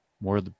more